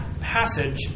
passage